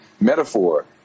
metaphor